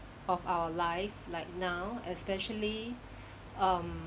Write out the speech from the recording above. of our life like now especially um